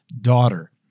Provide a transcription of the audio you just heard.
daughter